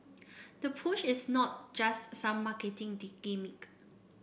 the push is not just some marketing gimmick